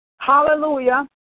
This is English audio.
Hallelujah